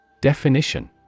Definition